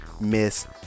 miss